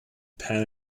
pan